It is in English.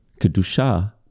kedusha